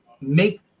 make